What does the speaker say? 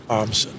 arms